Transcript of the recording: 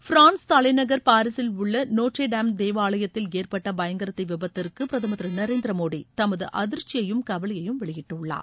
France தலைநகர் பாரிசில் உள்ள நோட்ரே டாம் தேவாலயத்தில் ஏற்பட்ட பயங்கர தீ விபத்திற்கு பிரதமர் திரு நரேந்திர மோடி தமது அதிர்ச்சியையும் கவலையையும் வெளியிட்டுள்ளார்